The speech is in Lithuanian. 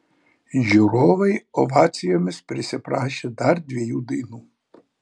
žiūrovai ovacijomis prisiprašė dar dviejų dainų